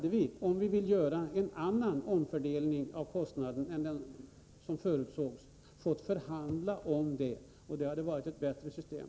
Om vi hade velat göra en annan omfördelning av kostnaden än som förutsågs hade vi då fått förhandla om det, vilket hade varit ett bättre system.